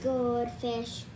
Goldfish